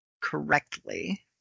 correctly